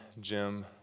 Jim